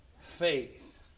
faith